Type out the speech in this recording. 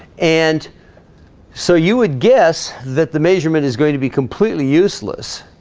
and so you would guess that the measurement is going to be completely useless